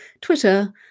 Twitter